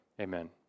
amen